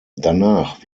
danach